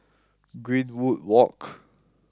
Greenwood Walk